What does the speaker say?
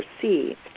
perceived